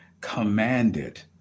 commanded